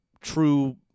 true